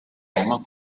roma